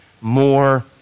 more